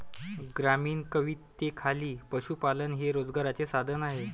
ग्रामीण कवितेखाली पशुपालन हे रोजगाराचे साधन आहे